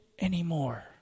anymore